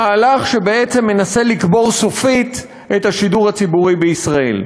המהלך שמנסה לקבור סופית את השידור הציבורי בישראל.